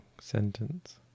sentence